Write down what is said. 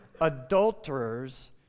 adulterers